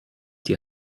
die